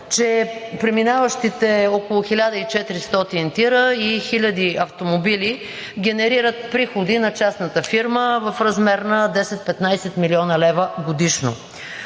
че преминаващите около 1400 ТИР-а и хиляди автомобили генерират приходи на частната фирма в размер на 10 – 15 млн. лв. годишно.